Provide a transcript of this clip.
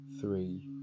three